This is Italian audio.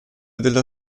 della